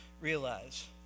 realize